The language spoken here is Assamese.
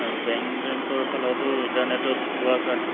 আৰু বেংক জেংকৰ ফালতো ইণ্টাৰনেটত হোৱা কাৰণে